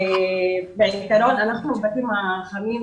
אנחנו בבתים החמים,